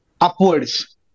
upwards